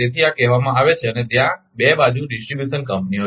તેથી આ કહેવામાં આવે છે અને ત્યાં બે ડિસ્ટ્રીબ્યુશન કંપનીઓ છે